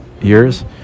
years